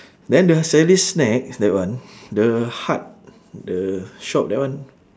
then the sally's snacks that one the hut the shop that one